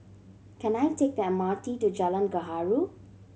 can I take the M R T to Jalan Gaharu